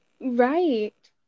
Right